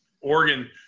Oregon